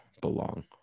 belong